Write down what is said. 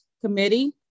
committee